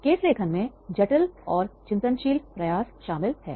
case लेखन में जटिल और चिंतनशील प्रयास शामिल है